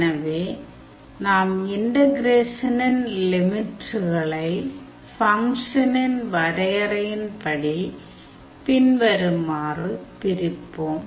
எனவே நாம் இன்டகிரேஷனின் லிமிட்களை ஃபங்க்ஷனின் வரையறையின்படி பின்வருமாறு பிரிப்போம்